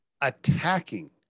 attacking